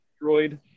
destroyed